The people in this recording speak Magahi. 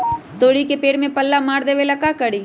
तोड़ी के पेड़ में पल्ला मार देबे ले का करी?